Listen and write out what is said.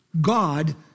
God